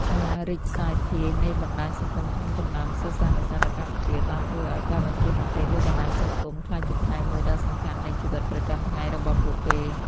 ការរីកសាយភាយនៃបណ្ដាញសង្គមក្នុងចំណោមសិស្សានុសិស្សនៅកម្ពុជា បានធ្វើឲ្យ ការបញ្ចេញមតិលើបណ្ដាញសង្គម ក្លាយជាផ្នែកមួយដ៏សំខាន់នៃជីវិតប្រចាំថ្ងៃរបស់ពួកគេ។